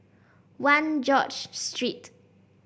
One George Street